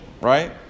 right